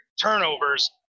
turnovers